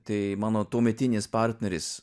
tai mano tuometinis partneris